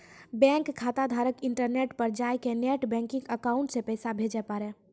bank खाताधारक internet पर जाय कै नेट बैंकिंग अकाउंट से पैसा भेजे पारै